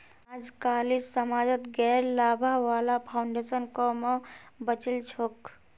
अजकालित समाजत गैर लाभा वाला फाउन्डेशन क म बचिल छोक